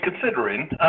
considering